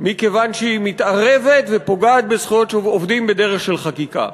מכיוון שהיא מתערבת ופוגעת בזכויות של עובדים בדרך של חקיקה.